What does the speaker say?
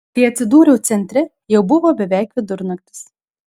kai atsidūriau centre jau buvo beveik vidurnaktis